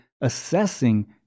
assessing